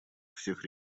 всех